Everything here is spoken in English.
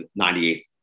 98